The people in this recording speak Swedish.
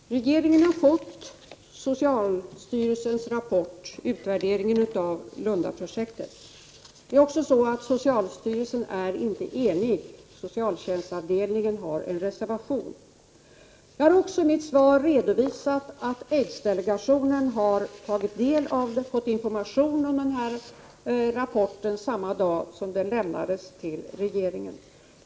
Herr talman! Regeringen har fått socialstyrelsens rapport om utvärderingen av Lundaprojektet. Socialstyrelsen är inte enig, utan socialtjänstavdelningen har avgivit en reservation. Jag har också i mitt svar redovisat att aidsdelegationen fick information om rapporten samma dag som den lämnades till regeringen.